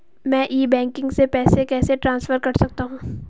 मैं e banking से पैसे कैसे ट्रांसफर कर सकता हूं?